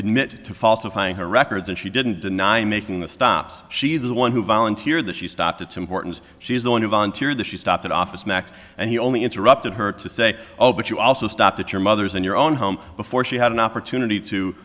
admit to falsifying her records and she didn't deny making the stops she the one who volunteered that she stopped it's important she is the one who volunteered that she stop that office max and he only interrupted her to say oh but you also stopped at your mother's in your own home before she had an opportunity to